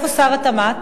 איפה שר התמ"ת?